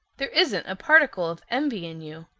there isn't a particle of envy in you.